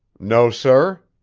no, sir,